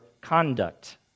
conduct